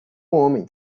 homem